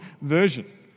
version